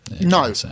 no